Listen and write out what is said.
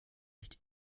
nicht